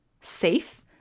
Safe